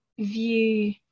view